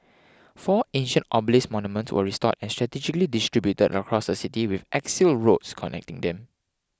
four ancient obelisk monument were restored and strategically distributed across the city with axial roads connecting them